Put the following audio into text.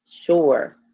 sure